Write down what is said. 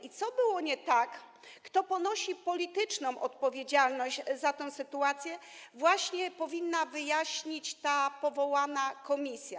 I co było nie tak, kto ponosi polityczną odpowiedzialność za tę sytuację, właśnie powinna wyjaśnić ta powołana komisja.